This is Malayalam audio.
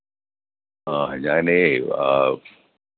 ആ ഞാൻ ആ